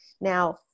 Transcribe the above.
now